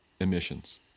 emissions